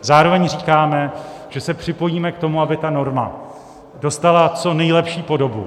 Zároveň říkáme, že se připojíme k tomu, aby ta norma dostala co nejlepší podobu.